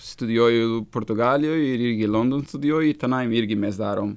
studijuoju portugalijoj ir ir london studijuoju tenai irgi mes darom